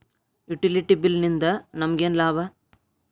Utility bill ನಿಂದ್ ನಮಗೇನ ಲಾಭಾ?